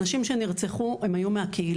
הנשים שנרצחו הם היו מהקהילה.